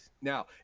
Now